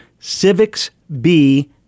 civicsb